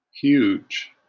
Huge